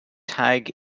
tag